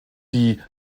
die